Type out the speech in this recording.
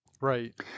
Right